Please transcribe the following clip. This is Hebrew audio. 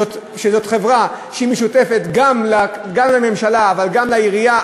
שזאת חברה שהיא משותפת גם לממשלה וגם לעירייה,